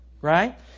Right